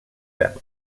damage